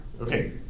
Okay